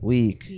Week